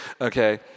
okay